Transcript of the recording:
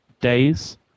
days